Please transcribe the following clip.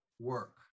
work